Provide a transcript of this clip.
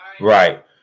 Right